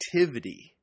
activity